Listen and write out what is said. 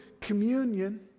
communion